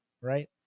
right